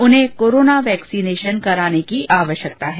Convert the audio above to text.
उन्हें corona vaccination कराने की आवश्यकता है